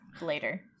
later